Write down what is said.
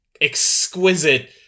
exquisite